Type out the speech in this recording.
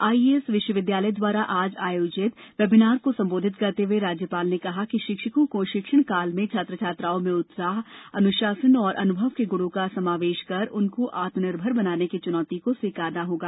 IES विश्वविद्यालय द्वारा आज आयोजित वेबिनार को संबोधित करते हए राज्यपाल ने कहा कि शिक्षकों को शिक्षण काल में छात्र छात्राओं में उत्साह अनुशासन और अनुभव के गुणों का समावेश कर उनको आत्म निर्भर बनाने की चुनौती को स्वीकारना होगा